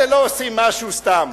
אלה לא עושים משהו סתם.